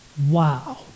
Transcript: Wow